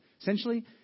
Essentially